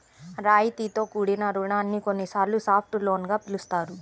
రాయితీతో కూడిన రుణాన్ని కొన్నిసార్లు సాఫ్ట్ లోన్ గా పిలుస్తారు